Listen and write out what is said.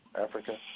Africa